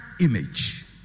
image